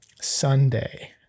Sunday